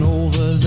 over